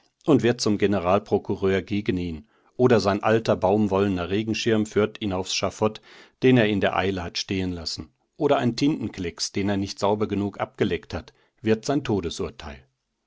und wird zum generalprokureur gegen ihn oder sein alter baumwollener regenschirm führt ihn aufs schafott den er in der eile hat stehen lassen oder ein tintenklecks den er nicht sauber genug abgeleckt hat wird sein todesurteil